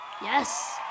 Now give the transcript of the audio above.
Yes